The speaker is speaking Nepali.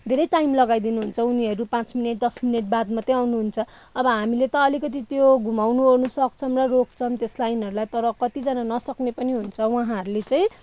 धेरै टाइम लगाइदिनुहुन्छ उनीहरू पाँच मिनेट दस मिनेट बाद मात्रै आउनुहुन्छ अब हामीले त अलिकति त्यो घुमाउनु ओर्नु सक्छौँ र रोक्छौँ त्यो स्लाइनहरूलाई तर कत्तिजना नसक्ने पनि हुन्छ उहाँहरले चै